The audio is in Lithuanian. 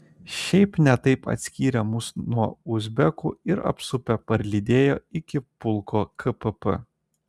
šiaip ne taip atskyrė mus nuo uzbekų ir apsupę parlydėjo iki pulko kpp